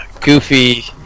goofy